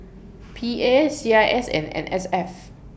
P A C I S and N S F